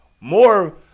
more